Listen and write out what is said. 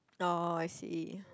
orh I see